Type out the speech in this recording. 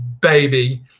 baby